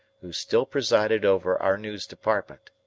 who still presided over our news department.